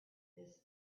this